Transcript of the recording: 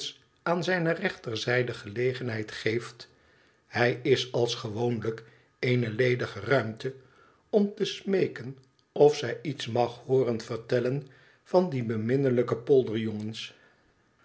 aan zijne rechterzijde gelegenheid geeft hij is als gewoolijk eene ledige ruimte om te smeeken of zij iets mag hooren vertellen van die beminnelijke